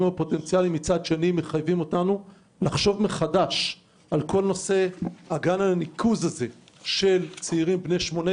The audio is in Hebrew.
הפוטנציאלי מחייבים אותנו לחשוב מחדש על אגן הניקוז של צעירים בני 18